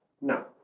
No